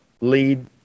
lead